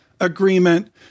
agreement